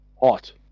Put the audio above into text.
Hot